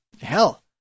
hell